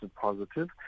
positive